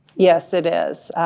yes, it is,